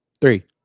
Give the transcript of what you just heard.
Three